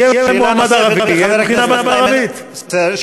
יהיה מועמד ערבי, תהיה בחינה בערבית.